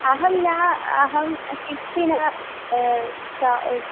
अहं न अहं किञ्चित् न सा